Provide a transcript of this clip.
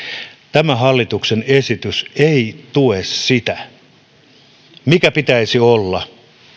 tämä hallituksen esitys ei tue sitä minkä pitäisi olla